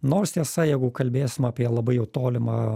nors tiesa jeigu kalbėsim apie labai jau tolimą